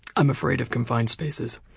i'm afraid of confined spaces.